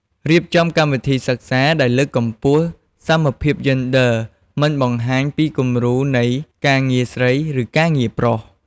រៀបចំកម្មវិធីសិក្សាដែលលើកកម្ពស់សមភាពយេនឌ័រ មិនបង្ហាញពីគំរូនៃ "ការងារស្រី" ឬ "ការងារប្រុស"។